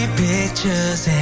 pictures